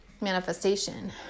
manifestation